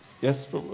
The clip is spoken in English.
Yes